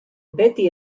beti